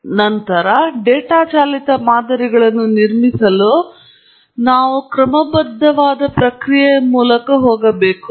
ತದನಂತರ ಡೇಟಾ ಚಾಲಿತ ಮಾದರಿಗಳನ್ನು ನಿರ್ಮಿಸಲು ನಾವು ಕ್ರಮಬದ್ಧವಾದ ಪ್ರಕ್ರಿಯೆಯ ಮೂಲಕ ಹೋಗಬೇಕು